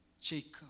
Jacob